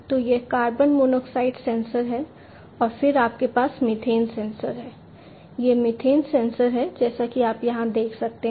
तो यह carbon monoxide sensor है और फिर आपके पास मीथेन सेंसर है यह मीथेन सेंसर है जैसा कि आप यहां देख सकते हैं